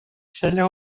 خیلی